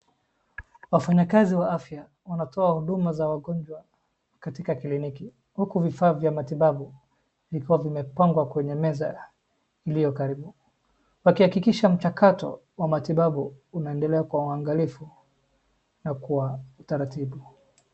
Wafanyakazi wa afya wanatoa huduma za wagonjwa katika kliniki huku vifaa vya matibabu vikiwa vimepangwa kwenye meza iliyokaribu wakihakikisha mchakato wa matibabu unaendelea kwa uwangalifu na kwa utaratibu.